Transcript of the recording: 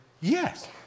yes